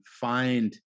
find